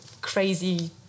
crazy